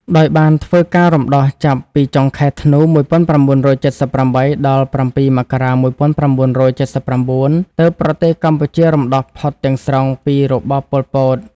ដោយបានធ្វើការរំដោះចាប់ពីចុងខែ ធ្នូ ១៩៧៨ ដល់ ៧ មករា ១៩៧៩ ទើបប្រទេសកម្ពុជារំដោះផុតទាំងស្រុងពីរបប ប៉ុល ពត ។